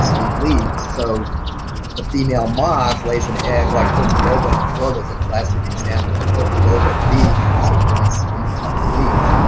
smooth leaves. so the female moth lays an egg like coccoloba in florida is a classic example. a coccoloba leaf is a really smooth, tough leaf.